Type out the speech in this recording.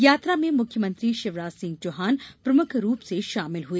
यात्रा में मुख्यमंत्री शिवराज सिंह चौहान प्रमुख रूप से शामिल हुए